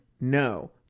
No